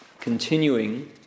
continuing